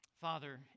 Father